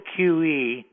QE